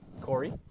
Corey